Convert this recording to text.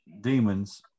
demons